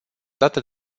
data